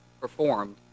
performed